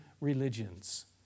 religions